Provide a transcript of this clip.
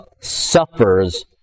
suffers